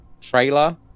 trailer